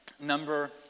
number